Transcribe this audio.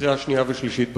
לקריאה שנייה ושלישית בכנסת.